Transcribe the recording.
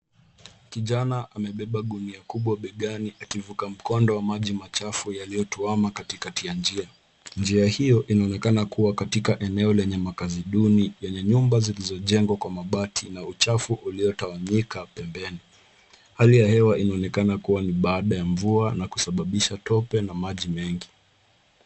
Kijana amebeba gunia kubwa begani akivuka mkondo wa maji machafu yaliyotuama katikati ya njia. Njia hiyo inaonekana kuwa katika eneo lenye makazi duni yenye nyumba zilizojengwa kwa mabati na uchafu uliotawanyika pembeni. Hali ya hewa inaonekana kuwa ni baada ya mvua na kusababisha tope na maji mengi.